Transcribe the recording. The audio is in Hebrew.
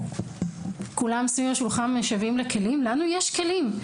כולם סביב השולחן משוועים לכלים, לנו יש כלים.